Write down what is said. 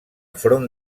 front